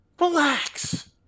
relax